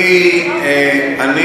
אבל קראתי במצע הבחירות,